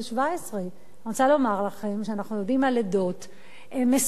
17. אני רוצה לומר לכם שאנחנו יודעים על עדות מסוימות